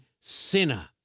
sinner